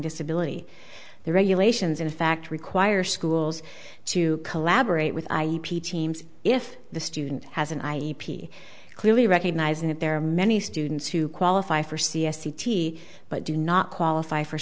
disability the regulations in fact require schools to collaborate with i e p teams if the student has an i e p clearly recognizing that there are many students who qualify for c s c t but do not qualify for